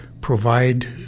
provide